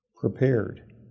prepared